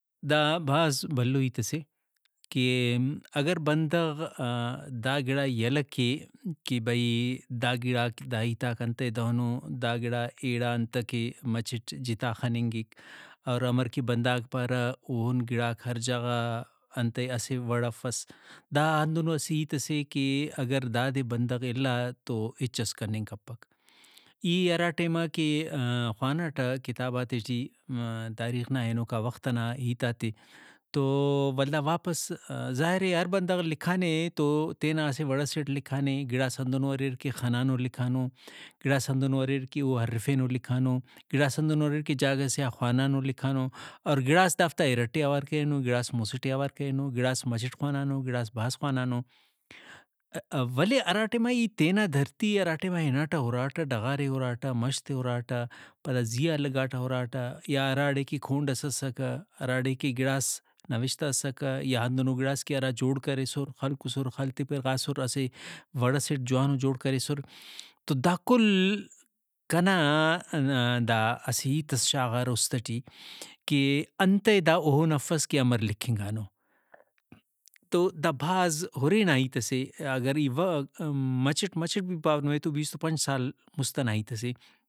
دا بھاز بھلو ہیت سے کہ اگر بندغ دا گڑائے یلہ کے کہ بھئی دا گڑاک دا ہیتاک انتئے دہنو دا گڑا ایڑا انتکہ مچٹ جتا خننگک اور امر کہ بندغاک پارہ اوہن گڑاک ہر جاگہ غا انتئے اسہ وڑ افس۔ دا ہندنو اسہ ہیت سے کہ اگر دادے بندغ اِلا تو ہچس کننگ کپک۔ ای ہرا ٹائماکہ خواناٹہ کتاباتے ٹی تاریخ نا ہنوکا وخت نا ہیتاتے تو ولدا واپس ظاہرے ہر بندغ لکھانے تو تینا اسہ وڑسیٹ لکھانے گڑاس ہندنو اریر کہ خنانو لکھانو گڑاس ہندنو اریر کہ ارفینو لکھانو گڑاس ہندنو اریر کہ جاگہ سے آ خوانانو لکھانو اور گڑاس دافتا اِرٹ ئے اوار کرینو گڑاس مُسٹ ئے اوار کرینو گڑاس مچٹ خوانانو گڑاس بھاز خوانانو ولے ہرا ٹائما ای تینا دھرتی ئے ہرا ٹائما ہناٹہ ہُراٹہ ڈغارے ہُراٹہ مَش تے ہُراٹہ پدا زیہا لگاٹہ ہُراٹہ یا ہراڑے کہ کھونڈ ئس اسکہ ہراڑے کہ گڑاس نوشتہ اسکہ یا ہندنو گڑاس کہ ہرا جوڑ کریسرخلکُسر خلتے پرغاسر اسہ وڑ ئسیٹ جوانو جوڑ کریسر تو دا کل کنا دا اسہ ہیتس شاغارہ اُست ٹی کہ انتئے دا اوہن افس کہ امر لکھنگانو تو دا بھاز ہُرے نا ہیت سے اگر ای مچٹ مچٹ بھی پاو نمے تو بیستُ پنچ سال مُست ئنا ہیت سے